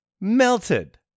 Melted